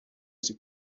ces